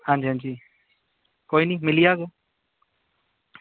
आं जी आं जी कोई निं मिली जाह्ग